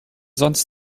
sonst